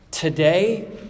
Today